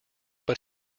but